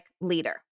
leader